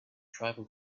tribal